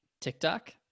TikTok